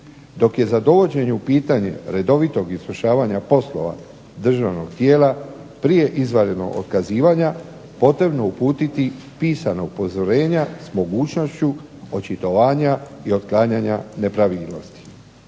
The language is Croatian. Dok je za dovođenje redovitog izvršavanja poslova državnog tijela prije izvanrednog otkazivanja potrebno uputiti pisano upozorenje s mogućnošću očitovanja i otklanjanja ne pravilnosti.